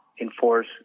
enforce